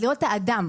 לראות את האדם,